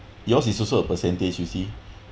yours is also a percentage you see